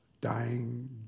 dying